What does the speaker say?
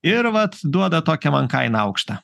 ir vat duoda tokią man kainą aukštą